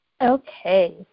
Okay